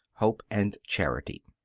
hope, and charity.